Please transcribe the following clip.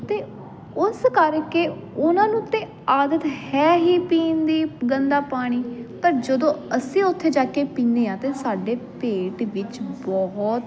ਅਤੇ ਉਸ ਕਰਕੇ ਉਹਨਾਂ ਨੂੰ ਤਾਂ ਆਦਤ ਹੈ ਹੀ ਪੀਣ ਦੀ ਗੰਦਾ ਪਾਣੀ ਪਰ ਜਦੋਂ ਅਸੀਂ ਉੱਥੇ ਜਾ ਕੇ ਪੀਂਦੇ ਹਾਂ ਤਾਂ ਸਾਡੇ ਪੇਟ ਵਿੱਚ ਬਹੁਤ